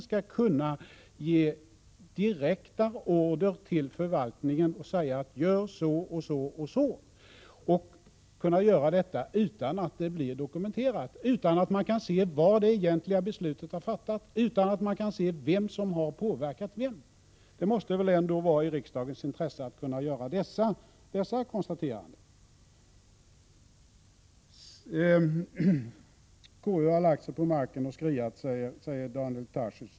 — skall kunna ge direkta order till förvaltningen att göra så och så och så och kunna göra detta utan att det blir dokumenterat, utan att man kan se var det egentliga beslutet har fattats och utan att man kan se vem som har påverkat vem. Det måste väl ändå vara i riksdagens intresse att kunna göra dessa konstateranden. KU har lagt sig på marken och skriat, säger Daniel Tarschys.